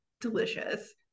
delicious